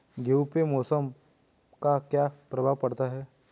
गेहूँ पे मौसम का क्या प्रभाव पड़ता है?